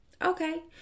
okay